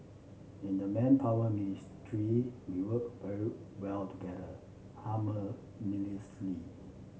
in the Manpower Ministry we work very well together